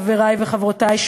חברי וחברותי,